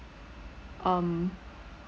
um